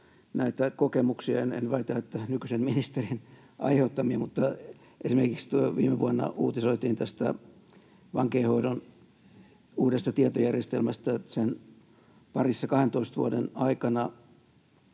näitä kokemuksia — en väitä, että nykyisen ministerin aiheuttamia, mutta esimerkiksi viime vuonna uutisoitiin tästä vankeinhoidon uudesta tietojärjestelmästä, että sen parissa 12 vuoden aikana